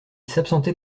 s’absentait